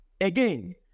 Again